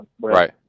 right